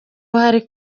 hari